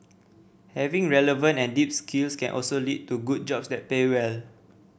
having relevant and deep skills can also lead to good jobs that pay well